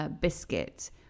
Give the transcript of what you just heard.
Biscuit